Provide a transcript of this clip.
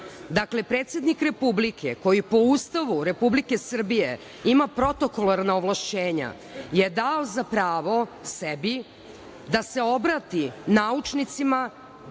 predsednik Republike, koji po Ustavu Republike Srbije ima protokolarna ovlašćenja, je dao za pravo sebi da se obrati naučnicima